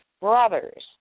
brothers